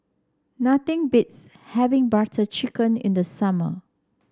nothing beats having Butter Chicken in the summer